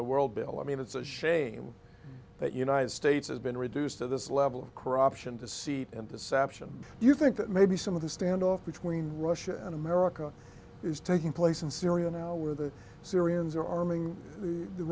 the world bill i mean it's a shame that united states has been reduced to this level of corruption deceit and deception do you think that maybe some of the standoff between russia and america is taking place in syria now where the syrians are arming the